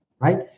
right